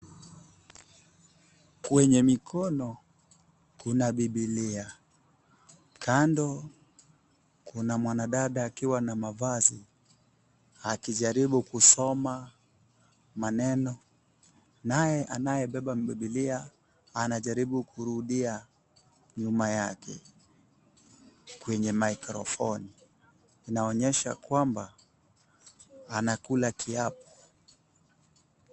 Kwenye mikono kuna bibilia. Kando kuna mwanadada akiwa na mavazi akijaribu kusoma maneno naye anayebeba bibilia anajaribu kurudia nyuma yake kwenye maikrofoni. Inaonyesha kwamba anakula kiapo.